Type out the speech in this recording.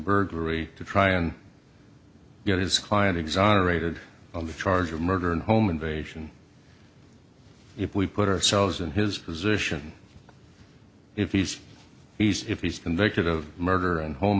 burglary to try and get his client exonerated of the charge of murder and home invasion if we put ourselves in his position if he's he's if he's convicted of murder and home